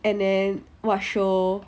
and then watch show